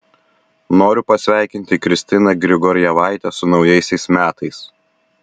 noriu pasveikinti kristiną grigorjevaitę su naujaisiais metais